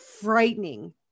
frightening